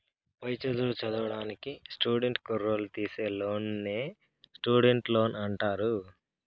పై చదువులు చదివేదానికి స్టూడెంట్ కుర్రోల్లు తీసీ లోన్నే స్టూడెంట్ లోన్ అంటారు